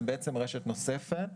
זה בעצם רשת נוספת.